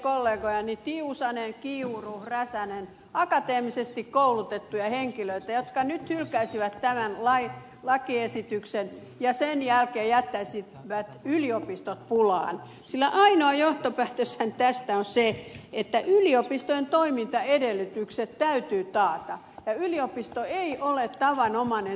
ihmettelen kollegojani tiusanen kiuru räsänen akateemisesti koulutettuja henkilöitä jotka nyt hylkäisivät tämän lakiesityksen ja sen jälkeen jättäisivät yliopistot pulaan sillä ainoa johtopäätöshän tästä on se että yliopistojen toimintaedellytykset täytyy taata ja yliopisto ei ole tavanomainen työnantaja